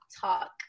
talk